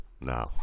now